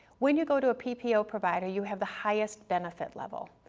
when you go to a ppo provider you have the highest benefit level.